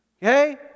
Okay